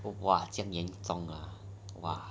这样严重 ah !wah!